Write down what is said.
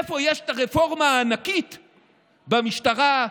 איפה יש רפורמה ענקית במשטרה,